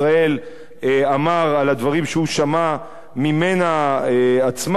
אמר על הדברים שהוא שמע ממנה עצמה,